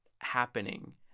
happening